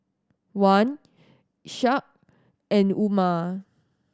Wan Ishak and Umar